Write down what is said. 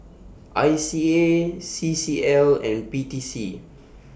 I C A C C L and P T C